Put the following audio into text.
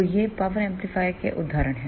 तो ये पावर एम्पलीफायरों के उदाहरण हैं